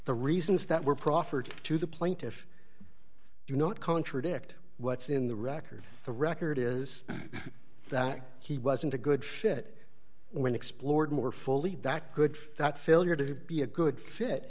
the reasons that were proffered to the plaintiff do not contradict what's in the record the record is that he wasn't a good fit when explored more fully that good that failure to be a good fit